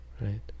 right